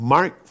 Mark